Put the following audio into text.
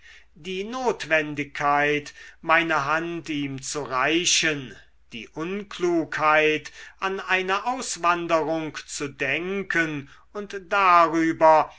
die notwendigkeit meine hand ihm zu reichen die unklugheit an eine auswanderung zu denken und darüber